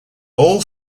all